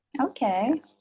Okay